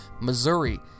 Missouri